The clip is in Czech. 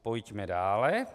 Pojďme dále.